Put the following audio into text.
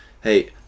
hey